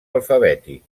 alfabètic